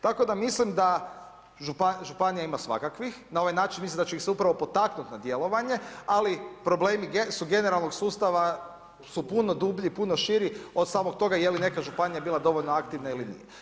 Tako da mislim da županija ima svakakvih, na ovaj način mislim da će ih se upravo potaknuti na djelovanje, ali problemi generalnog sustava su puno dublji, puno širi od samog toga jeli neka županija bila dovoljno aktivna ili nije.